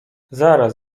zaraz